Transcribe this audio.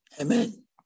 Amen